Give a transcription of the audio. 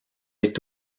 était